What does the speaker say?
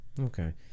Okay